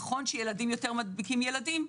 נכון שילדים יותר מדביקים ילדים,